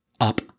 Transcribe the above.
up